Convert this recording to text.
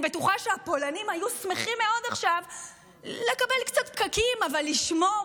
אני בטוחה שהפולנים היו שמחים מאוד עכשיו לקבל קצת פקקים אבל לשמור